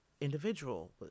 individual